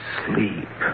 sleep